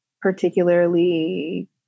particularly